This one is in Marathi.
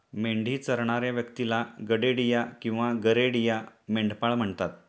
मेंढी चरणाऱ्या व्यक्तीला गडेडिया किंवा गरेडिया, मेंढपाळ म्हणतात